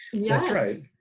that's right.